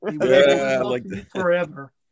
forever